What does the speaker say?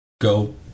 go